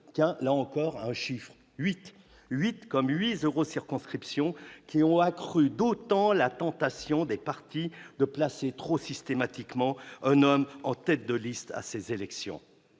tient encore un chiffre : 8, comme 8 eurocirconscriptions, ce redécoupage ayant accru la tentation des partis de placer trop systématiquement un homme en tête de liste à ces élections.